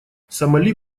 сомали